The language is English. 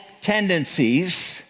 tendencies